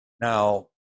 Now